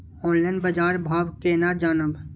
Online बाजार भाव केना जानब?